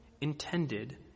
intended